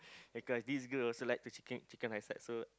because this girl also like to chicken chicken-rice right so